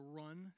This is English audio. run